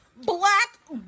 Black